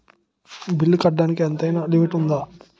బిల్లులు కట్టడానికి ఎంతైనా లిమిట్ఉందా?